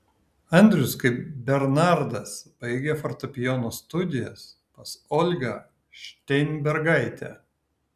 andrius kaip bernardas baigė fortepijono studijas pas olgą šteinbergaitę